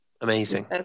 Amazing